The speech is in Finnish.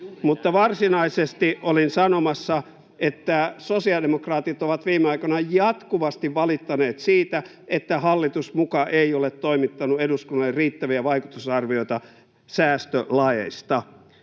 laki. Varsinaisesti olin sanomassa, että sosiaalidemokraatit ovat viime aikoina jatkuvasti valittaneet siitä, että hallitus muka ei ole toimittanut eduskunnalle riittäviä vaikutusarvioita säästölaeista.